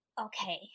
Okay